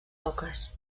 roques